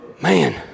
Man